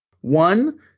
One